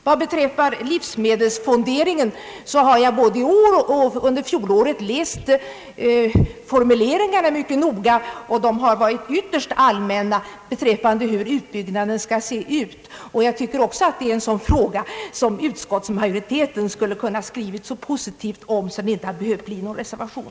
Vad beträffar livsmedelsfonderingen så har jag både i år och under fjolåret läst formuleringarna mycket noga, och de har varit ytterst allmänna när det gällt hur utbyggnaden skall se ut. Jag tycker också att det är en sådan fråga som utskottsmajoriteten kunde ha skrivit så positivt om att det inte behövt bli någon reservation.